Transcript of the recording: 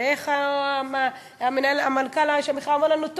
ואיך מנכ"ל המכללה אומר לנו?